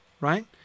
right